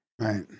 Right